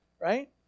Right